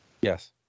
Yes